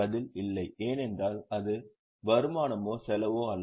பதில் இல்லை ஏனென்றால் அது வருமானமோ செலவோ அல்ல